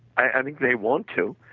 i think they want to.